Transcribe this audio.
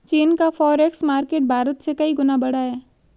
चीन का forex market Bharat से कई गुना बड़ा है